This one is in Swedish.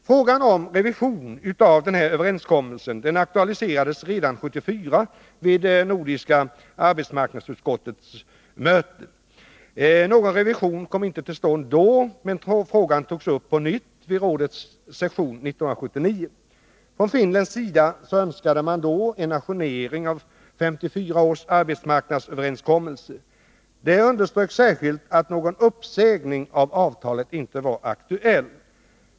Frågan om en revision av överenskommelsen aktualiserades redan 1974 inom Nordiska arbetsmarknadsutskottet. Någon revision kom då inte till stånd, men frågan togs på nytt upp vid rådets session 1979. Från finländsk sida önskades en ajournering av 1954 års arbetsmarknadsöverenskommelse. Det underströks särskilt att någon uppsägning av avtalet inte var aktuell.